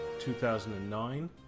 2009